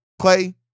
Clay